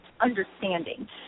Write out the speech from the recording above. understanding